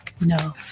No